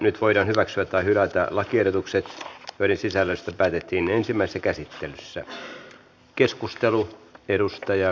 nyt voidaan hyväksyä tai hylätä lakiehdotukset joiden sisällöstä päätettiin ensimmäisessä käsittelyssä